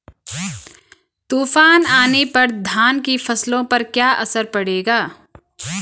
तूफान आने पर धान की फसलों पर क्या असर पड़ेगा?